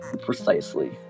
precisely